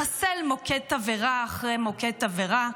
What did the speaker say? מחסל מוקד תבערה אחרי מוקד תבערה.